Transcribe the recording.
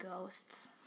ghosts